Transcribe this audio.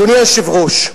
אדוני היושב-ראש,